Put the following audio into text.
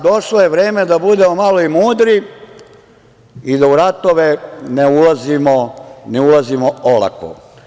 Došlo je vreme da budemo malo i mudri i da u ratove ne ulazimo olako.